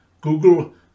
Google